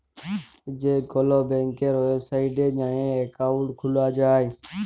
যে কল ব্যাংকের ওয়েবসাইটে যাঁয়ে একাউল্ট খুলা যায়